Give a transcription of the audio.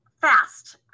fast